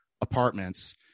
apartments